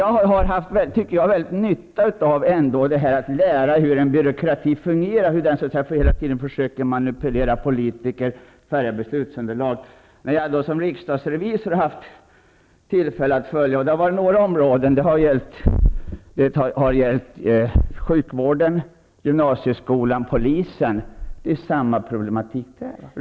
Jag har haft nytta av att lära mig hur en byråkrati fungerar, hur den hela tiden försöker manipulera politiker och färga beslutsunderlag. Som riksdagsrevisor har jag haft tillfälle att följa några områden. Det har gällt sjukvården, gymnasieskolan och polisen. Det är samma problematik där.